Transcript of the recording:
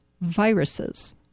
viruses